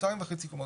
שתיים וחצי קומות.